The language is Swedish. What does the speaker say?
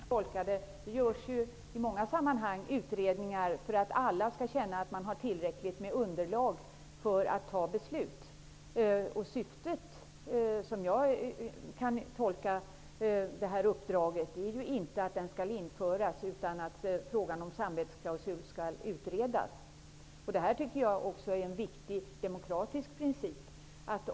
Herr talman! Nej, så skall man inte tolka det. I många sammanhang görs det utredningar för att alla skall känna att det finns tillräckligt underlag för att fatta beslut. Som jag tolkar det här uppdraget är syftet inte att en samvetsklausul skall införas utan att frågan om en samvetsklausul skall utredas. Jag tycker att detta är en viktig demokratisk princip.